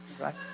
Right